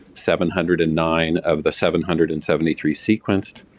seven hundred and nine of the seven hundred and seventy three sequenced.